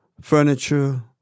furniture